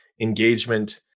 engagement